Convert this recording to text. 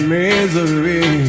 misery